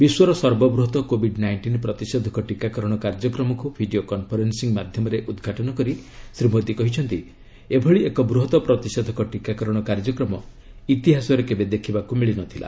ବିଶ୍ୱର ସର୍ବବୃହତ୍ କୋବିଡ୍ ନାଇଣ୍ଟିନ୍ ପ୍ରତିଷେଧକ ଟିକାକରଣ କାର୍ଯ୍ୟକ୍ରମକୁ ଭିଡ଼ିଓ କନ୍ଫରେନ୍ସିଂ ମାଧ୍ୟମରେ ଉଦ୍ଘାଟନ କରି ଶ୍ରୀ ମୋଦି କହିଛନ୍ତି ଏଭଳି ଏକ ବୃହତ୍ ପ୍ରତିଷେଧକ ଟିକାକରଣ କାର୍ଯ୍ୟକ୍ରମ ଇତିହାସରେ କେବେ ଦେଖିବାକୁ ମିଳି ନ ଥିଲା